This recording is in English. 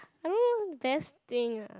I don't know best thing ah